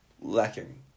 lacking